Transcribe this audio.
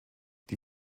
die